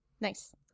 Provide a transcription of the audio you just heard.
nice